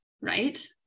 right